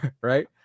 right